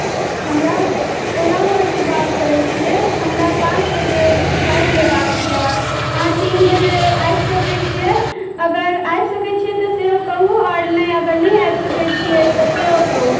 हमरा ओलावरसँ बात करैत छियै हमरा पाँच बजे फ्लाइट लेबाक यए अहाँ तीन बजे आबि सकैत छियै अगर आबि सकैत छियै तऽ सेहो कहू आओर नहि अगर नहि आबि सकैत छियै तऽ सेहो कहू